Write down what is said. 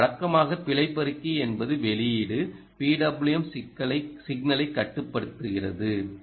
மற்றும் வழக்கமாக பிழை பெருக்கி என்பது வெளியீடு PWM சிக்னலைக் கட்டுப்படுத்துகிறது